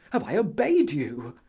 have i obeyed you?